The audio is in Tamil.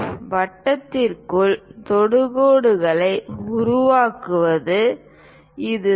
வட்டங்களுக்கு தொடுகோடுகளை உருவாக்குவது இதுதான்